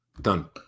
Done